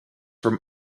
from